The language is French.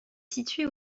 située